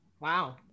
Wow